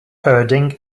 herding